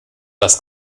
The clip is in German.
was